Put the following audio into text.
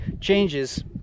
Changes